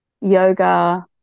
yoga